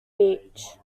beach